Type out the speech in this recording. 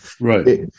Right